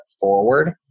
forward